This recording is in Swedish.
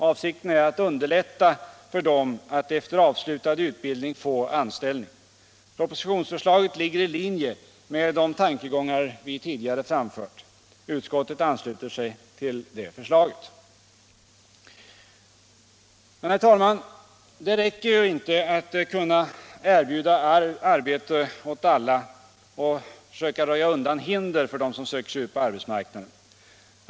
Avsikten är att underlätta för dem att efter avslutad utbildning få anställning. Propositionsförslaget ligger i linje med de tankegångar vi tidigare framfört. Utskottet ansluter sig till förslaget. Det räcker inte att kunna erbjuda arbete åt alla och försöka röja undan hinder för dem som söker sig ut på arbetsplatserna.